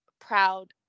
proud